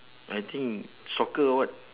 I think soccer or what